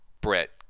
Brett